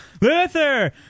Luther